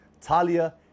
Talia